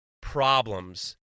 problems